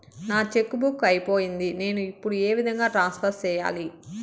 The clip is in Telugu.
నా చెక్కు బుక్ అయిపోయింది నేను ఇప్పుడు ఏ విధంగా ట్రాన్స్ఫర్ సేయాలి?